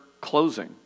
closing